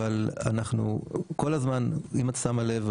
אבל כל הזמן אם את שמה לב,